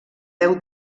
deu